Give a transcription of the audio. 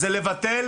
זה לבטל